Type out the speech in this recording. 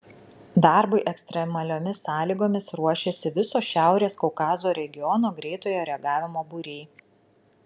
darbui ekstremaliomis sąlygomis ruošiasi viso šiaurės kaukazo regiono greitojo reagavimo būriai